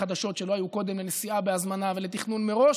חדשות שלא היו קודם לנסיעה בהזמנה ולתכנון מראש.